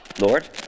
Lord